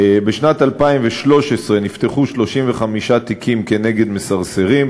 בשנת 2013 נפתחו 35 תיקים כנגד מסרסרים,